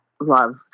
love